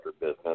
business